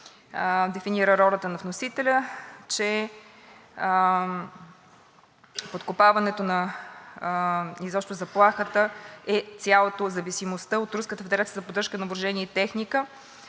дефинира ролята на вносителя, че подкопаването и изобщо заплахата е цялото – „зависимостта от Руската федерация за поддръжка на въоръжение и техника“